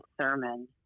sermon